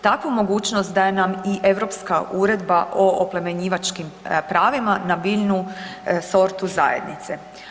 Takvu mogućnost daje nam i Europska uredba o oplemenjivačkim pravima na biljnu sortu zajednice.